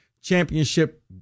championship